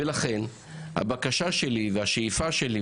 ולכן הבקשה והשאיפה שלי,